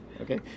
Okay